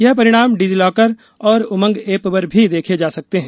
यह परिणाम डिजीलॉकर और उमंग ऐप पर भी देखा जा सकता है